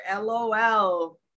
LOL